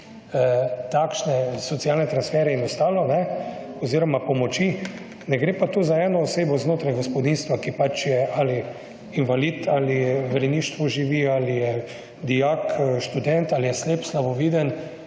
takšne socialne transfere in ostalo oziroma pomoči. Ne gre pa tu za eno osebo znotraj gospodinjstva, ki pač je ali invalid ali v rejništvu živi ali je dijak, študent, ali slep, slaboviden,